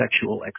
sexual